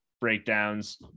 breakdowns